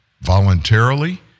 voluntarily